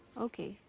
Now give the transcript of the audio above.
okay.